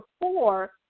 four